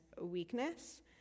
weakness